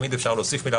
תמיד אפשר להוסיף מילה,